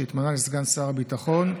שהתמנה לסגן שר הביטחון,